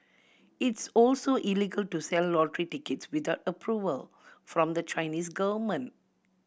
it's also illegal to sell lottery tickets without approval from the Chinese government